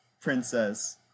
princess